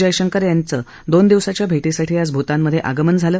जयशंकर यांचं दोन दिवसांच्या भेटीसाठी आज भूतानमधे आगमन झालं